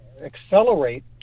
accelerate